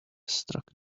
struck